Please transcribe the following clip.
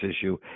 issue